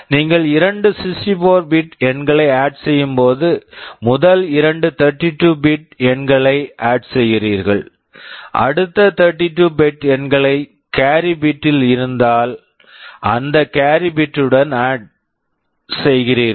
நீங்கள் இரண்டு 64 bit bit எண்களைச் ஆட் add செய்யும்போது முதல் இரண்டு 32 பிட் bit எண்களைச் ஆட் add செய்கிறீர்கள் அடுத்த 32 பிட் bit எண்களை கேரி carry பிட் bit இருந்தால் அந்த கேர்ரி பிட் bit டுடன் ஆட் add